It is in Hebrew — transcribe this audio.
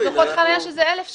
יש דוחות חניה שהם 1,000 שקל.